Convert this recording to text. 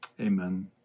Amen